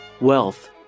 Wealth